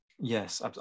Yes